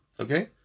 Okay